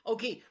Okay